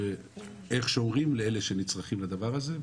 ואיך שומרים על אלה שנצרכים לדבר הזה.